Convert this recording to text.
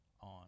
on